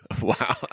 Wow